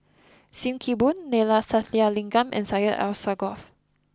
Sim Kee Boon Neila Sathyalingam and Syed Alsagoff